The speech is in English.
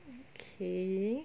okay